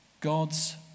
God's